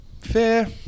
Fair